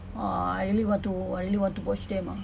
uh I really want to I really want to watch them ah